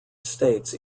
states